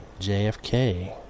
JFK